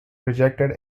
rejected